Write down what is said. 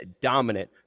dominant